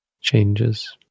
changes